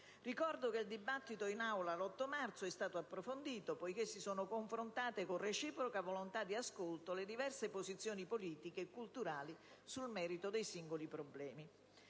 marzo il dibattito in Aula è stato approfondito poiché si sono confrontate, con reciproca volontà di ascolto, le diverse posizioni politiche e culturali sul merito dei singoli problemi.